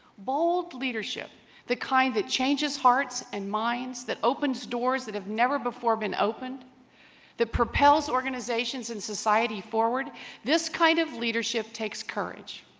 bold leadership the kind that changes hearts and that opens doors that have never before been opened the propels organizations in society forward this kind of leadership takes courage